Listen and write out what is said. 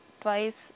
twice